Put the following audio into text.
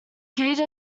cage